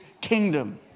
kingdom